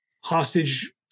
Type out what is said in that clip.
hostage